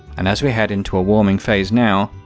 and as we head into a warming phase now,